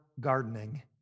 gardening